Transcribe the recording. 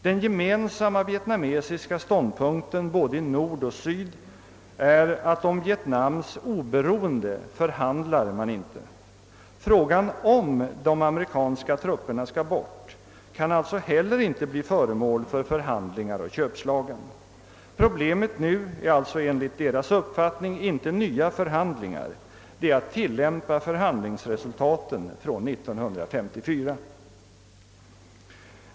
Den gemensamma vietnamesiska ståndpunkten både i nord och syd är att om Vietnams oberoende förhandlar man inte. Frågan om de amerikanska trupperna skall bort kan alltså inte heller bli föremål för förhandlingar och köpslagan. Problemet nu är enligt deras uppfattning inte nya förhandlingar utan tillämpning av förhandlingsresultaten av år 1954.